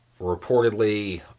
Reportedly